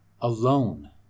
alone